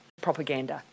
Propaganda